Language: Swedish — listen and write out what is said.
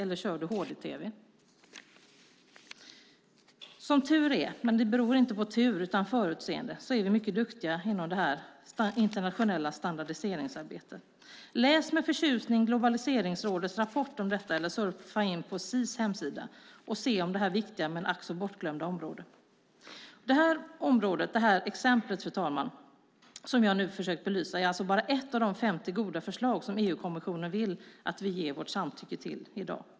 Eller kör du HD-tv? Som tur är, men det beror inte på tur utan förutseende, är vi mycket duktiga inom det internationella standardiseringsarbetet. Läs med förtjusning Globaliseringsrådets rapport om detta eller surfa in på SIS hemsida och se mer om detta viktiga men ack så bortglömda område. Det här området som jag har försökt att belysa är ett av de 50 goda förslag som EU-kommissionen vill att vi ger vårt samtycke till.